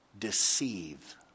deceive